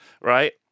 right